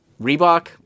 Reebok